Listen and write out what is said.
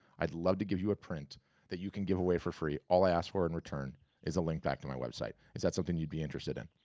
i'd love to give you a print that you can give away for free, all i ask for in return is a link back to my website. is that something you'd be interested in?